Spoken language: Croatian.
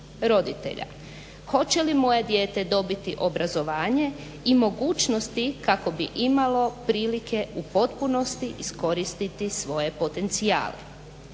roditelja, hoće li moje dijete dobiti obrazovanje i mogućnosti kako bi imalo prilike u potpunosti iskoristiti svoje potencijale.